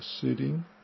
sitting